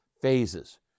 Phases